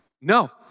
No